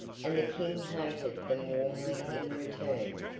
and the king hated them warmly in return.